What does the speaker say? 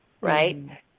right